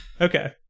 Okay